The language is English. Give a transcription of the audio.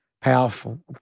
Powerful